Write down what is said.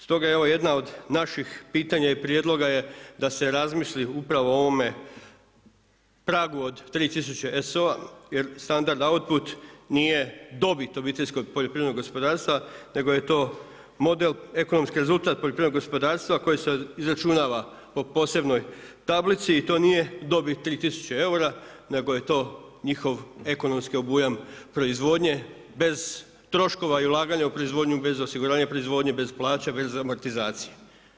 Stoga je evo jedno od naših pitanja i prijedloga je da se razmisli upravo o ovome pragu od 3 tisuće ESO-a jer standard output nije dobit obiteljskog poljoprivrednog gospodarstva, nego je to model ekonomski rezultat poljoprivrednog gospodarstva koji se izračunava po posebnoj tablici i to nije dobit 3 tisuće eura, nego je to njihov ekonomski obujam proizvodnje bez troškova i ulaganja u proizvodnju, bez osiguranja proizvodnje, bez plaće, bez amortizacije.